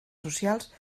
socials